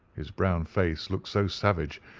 his brown face looked so savage,